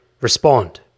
respond